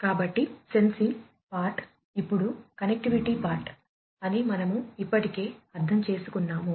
కాబట్టి sensing part ఇప్పుడు connectivity part అని మనము ఇప్పటికే అర్థం చేసుకున్నాము